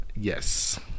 Yes